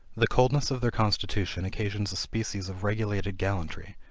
the coldness of their constitution occasions a species of regulated gallantry,